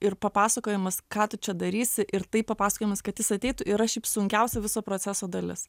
ir papasakojimas ką tu čia darysi ir tai papasakojimas kad jis ateitų yra šiaip sunkiausia viso proceso dalis